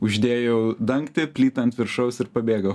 uždėjau dangtį plytą ant viršaus ir pabėgau